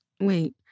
wait